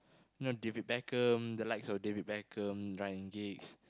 you know David-Beckham the lights of David-Beckham Ryan-Giggs